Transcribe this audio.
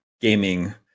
gaming